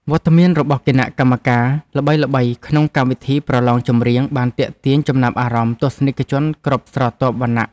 វត្តមានរបស់គណៈកម្មការល្បីៗក្នុងកម្មវិធីប្រឡងចម្រៀងបានទាក់ទាញចំណាប់អារម្មណ៍ទស្សនិកជនគ្រប់ស្រទាប់វណ្ណៈ។